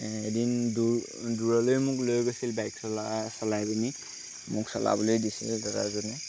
এদিন দূৰ দূৰলৈ মোক লৈ গৈছিল বাইক চলাই চলাই পিনি মোক চলাবলৈ দিছিল দাদা এজনে